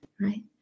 Right